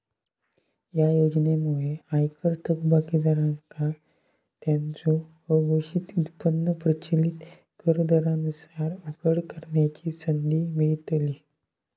या योजनेमुळे आयकर थकबाकीदारांका त्यांचो अघोषित उत्पन्न प्रचलित कर दरांनुसार उघड करण्याची संधी मिळतली